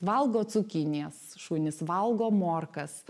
valgo cukinijas šunys valgo morkas